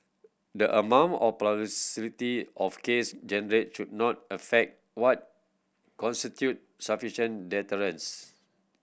the amount of publicity of case generate should not affect what constitute sufficient deterrence